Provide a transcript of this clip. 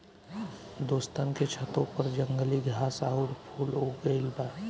दोस्तन के छतों पर जंगली घास आउर फूल उग गइल बा